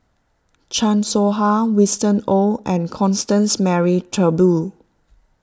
Chan Soh Ha Winston Oh and Constance Mary Turnbull